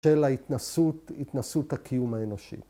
‫של ההתנסות, ‫התנסות הקיום האנושי.